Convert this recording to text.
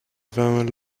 warme